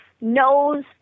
knows